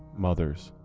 mothers,